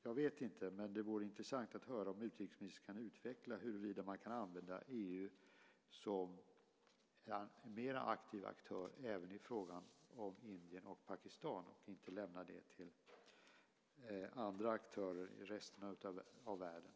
Jag vet inte, men det vore intressant att höra om utrikesministern kan utveckla huruvida man kan använda EU som en mer aktiv aktör även i frågan om Indien och Pakistan. Man bör inte lämna det till andra aktörer i resten av världen.